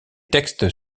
textes